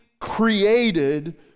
created